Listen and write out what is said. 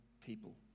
people